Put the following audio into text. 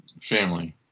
family